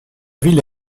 ville